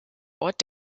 ort